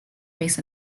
race